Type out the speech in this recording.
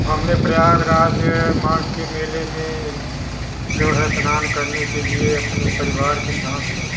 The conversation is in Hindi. हमने प्रयागराज माघ के मेले में जो है स्नान करने के लिए अपने परिवार के साथ